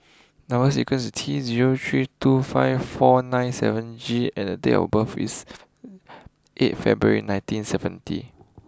number sequence T zero three two five four nine seven G and date of birth is eight February nineteen seventy